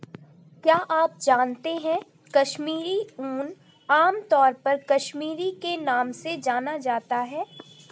क्या आप जानते है कश्मीरी ऊन, आमतौर पर कश्मीरी के नाम से जाना जाता है?